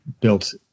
built